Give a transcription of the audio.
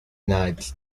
nights